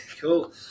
Cool